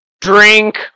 drink